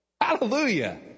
Hallelujah